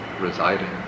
residing